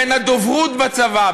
בין הדוברות בצבא,